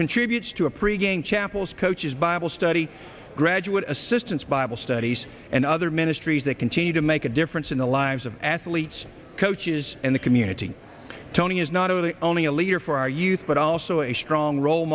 contributes to a pre game chappell's coaches bible study graduate assistants bible studies and other ministries that continue to make a difference in the lives of athletes coaches and the community tony is not of the only a leader for our youth but also a strong role